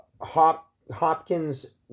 Hopkins